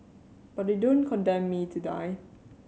but they don't condemn me to die